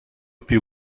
più